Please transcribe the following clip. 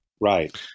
Right